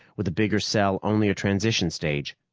with the bigger cell only a transition stage.